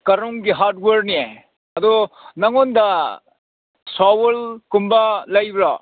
ꯀꯥꯔꯣꯡꯒꯤ ꯍꯥꯔꯠꯋꯦꯌꯥꯔꯅꯦ ꯑꯗꯣ ꯅꯪꯉꯣꯟꯗ ꯁꯥꯋꯜꯒꯨꯝꯕ ꯂꯩꯕ꯭ꯔꯣ